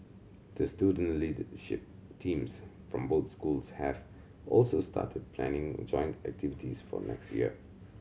the student leadership teams from both schools have also started planning joint activities for next year